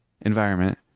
environment